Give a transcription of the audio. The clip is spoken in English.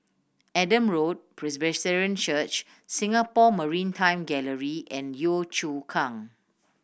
Adam Road Presbyterian Church Singapore Maritime Gallery and Yio Chu Kang